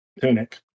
Tunic